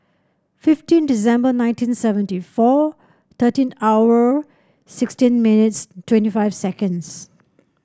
fifteen December nineteen seventy four thirteen hour sixteen minutes twenty five seconds